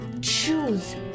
choose